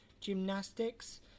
gymnastics